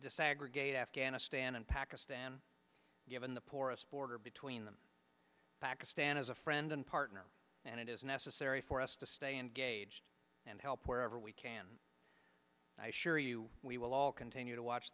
desegregate afghanistan and pakistan given the porous border between pakistan as a friend and partner and it is necessary for us to stay engaged and help wherever we can i assure you we will all continue to watch